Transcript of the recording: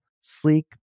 sleek